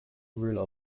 ruler